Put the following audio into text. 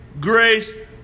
grace